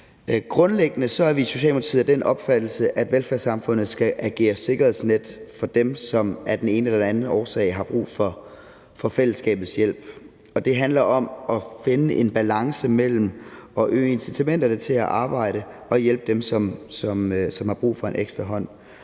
Grundlæggende er vi i Socialdemokratiet af den opfattelse, at velfærdssamfundet skal agere sikkerhedsnet for dem, som af den ene eller den anden årsag har brug for fællesskabets hjælp, og det handler om at finde en balance mellem at øge incitamenterne til at arbejde og at hjælpe dem, som har brug for en ekstra hånd.